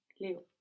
leo